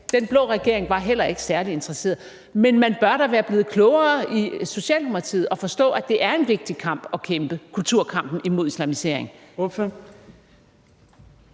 den blå regering heller ikke var særlig interesseret. Men man bør da være blevet klogere i Socialdemokratiet og forstå, at det er en vigtig kamp at kæmpe – kulturkampen imod islamisering.